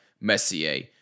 Messier